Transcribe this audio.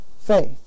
faith